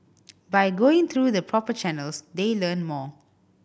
by going through the proper channels they learn more